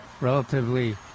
Relatively